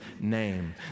name